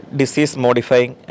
disease-modifying